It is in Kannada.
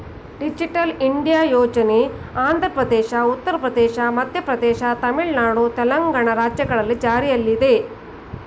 ಡಿಜಿಟಲ್ ಇಂಡಿಯಾ ಯೋಜನೆ ಆಂಧ್ರಪ್ರದೇಶ, ಉತ್ತರ ಪ್ರದೇಶ, ಮಧ್ಯಪ್ರದೇಶ, ತಮಿಳುನಾಡು, ತೆಲಂಗಾಣ ರಾಜ್ಯಗಳಲ್ಲಿ ಜಾರಿಲ್ಲಿದೆ